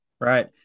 right